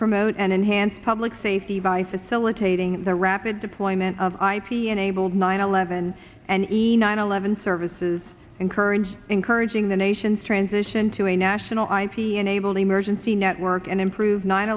promote and enhance public safety by facilitating the rapid deployment of ip enabled nine eleven and the nine eleven services encouraged encouraging the nation's transition to a national id enable emergency network and improve nine